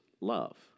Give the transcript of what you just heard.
love